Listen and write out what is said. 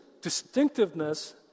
distinctiveness